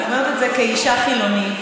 אני אומרת את זה כאישה חילונית,